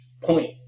point